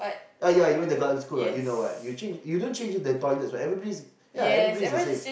oh you went to girls' school you know what you don't change in the toilet everybody is the same